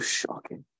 shocking